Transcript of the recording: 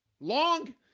long